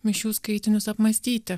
mišių skaitinius apmąstyti